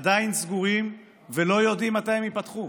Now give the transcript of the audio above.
עדיין סגורים, ולא יודעים מתי הם ייפתחו.